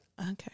Okay